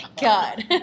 God